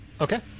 Okay